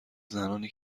زنانی